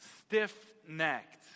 stiff-necked